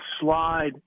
slide